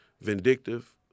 vindictive